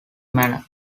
manner